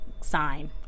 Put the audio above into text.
Sign